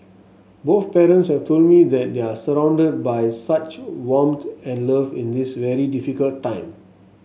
both parents have told me that they are surrounded by such warmth and love in this very difficult time